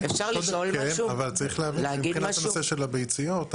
כן, אבל צריך להבין שמבחינת הנושא של הביציות,